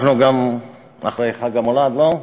אנחנו גם אחרי חג המולד, לא?